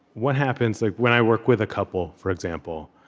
what happens like when i work with a couple, for example,